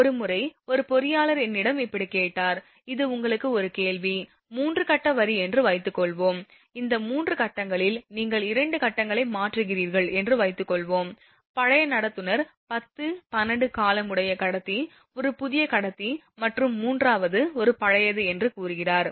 ஒருமுறை ஒரு பொறியாளர் என்னிடம் இப்படி கேட்டார் இது உங்களுக்கு ஒரு கேள்வி 3 கட்ட வரி என்று வைத்துக்கொள்வோம் இந்த 3 கட்டங்களில் நீங்கள் 2 கட்டங்களை மாற்றுகிறீர்கள் என்று வைத்துக்கொள்வோம் பழைய நடத்துனர் 10 12 காலம் உடைய கடத்தி ஒரு புதிய கடத்தி மற்றும் மூன்றாவது ஒரு பழையது என்று கூறுகிறார்